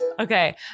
Okay